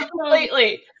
completely